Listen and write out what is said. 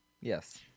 Yes